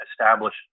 establish